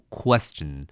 question